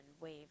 wave